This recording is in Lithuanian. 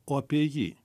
o apie jį